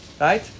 Right